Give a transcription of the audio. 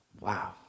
Wow